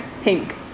pink